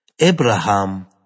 Abraham